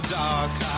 dark